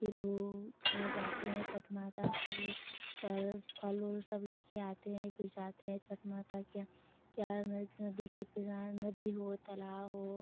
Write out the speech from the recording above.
फिर वह जगह जाते हैं छठ माता सब लोग और फल उल सब लेकर आते हैं फिर जाते हैं छठ माता के यहाँ या नदी के पिरान नदी हो तालाब हो